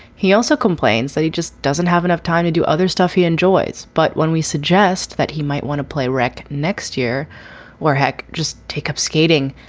he also complains that he just doesn't have enough time to do other stuff he enjoys. but when we suggest that he might want to play rec next year or heck, just take up skating,